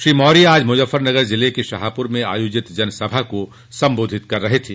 श्री मौर्य आज मुजफ्फरनगर जिले के शाहपुर में आयोजित जनसभा को संबोधित कर रहे थे